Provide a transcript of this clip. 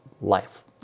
Life